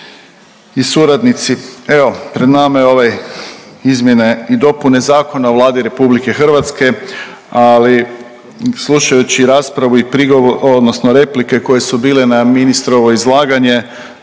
u suradnici. Evo pred nama je ovaj izmjene i dopune Zakona o Vladi RH, ali slušajući raspravu i prigovor odnosno replike koje su bile na ministrovo izlaganje,